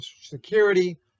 security